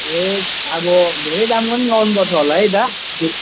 ए अब धेरै दामको नै लगाउनुपर्छ होला है दा